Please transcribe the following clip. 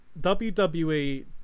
WWE